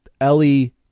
Ellie